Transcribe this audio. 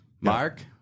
mark